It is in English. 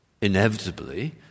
inevitably